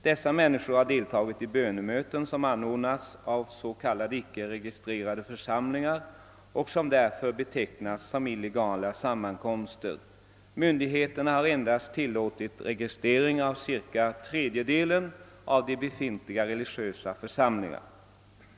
Dessa människor har deltagit i bönemöten som anordnats av s.k. icke-registrerade församlingar och som därför betecknas som illegala sammankomster. Myndigheterna har endast tilllåtit registrering av cirka tredjedelen av de befintliga religiösa församlingarna.